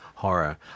Horror